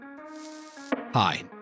Hi